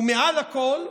ומעל הכול,